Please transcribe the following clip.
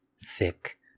thick